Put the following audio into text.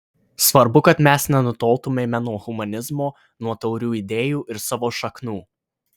svarbu kad mes nenutoltumėme nuo humanizmo nuo taurių idėjų ir savo šaknų